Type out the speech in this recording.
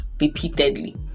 repeatedly